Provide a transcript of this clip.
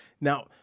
Now